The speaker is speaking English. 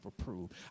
approved